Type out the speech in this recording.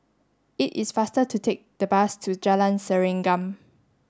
it is faster to take the bus to Jalan Serengam